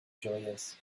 joyous